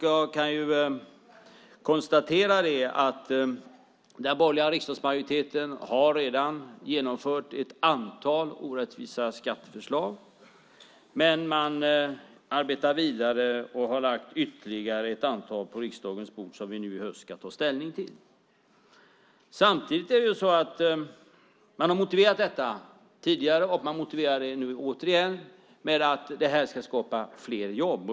Jag kan konstatera att den borgerliga riksdagsmajoriteten redan har genomfört ett antal orättvisa skatteförslag, men man arbetar vidare och har lagt fram ytterligare ett antal på riksdagens bord som vi i höst ska ta ställning till. Samtidigt har man tidigare motiverat detta och motiverar det nu återigen med att det här ska skapa fler jobb.